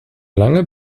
lange